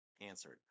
answered